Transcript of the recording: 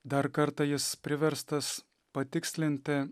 dar kartą jis priverstas patikslinti